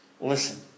listen